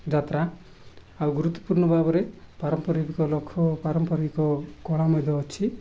ଯାତ୍ରା ଆଉ ଗୁରୁତ୍ୱପୂର୍ଣ୍ଣ ଭାବରେ ପାରମ୍ପରିକ ଲୋକ ପାରମ୍ପରିକ କଳା ମଧ୍ୟ ଅଛି